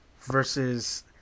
versus